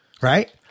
right